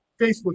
Facebook